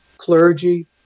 Clergy